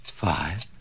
Five